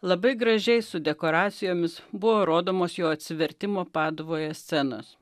labai gražiai su dekoracijomis buvo rodomos jo atsivertimo paduvoje scenos